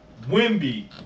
Wimby